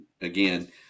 again